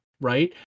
right